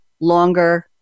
longer